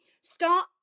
Start